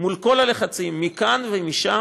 מול כל הלחצים, מכאן ומשם,